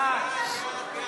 חוק שדה-התעופה